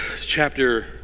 chapter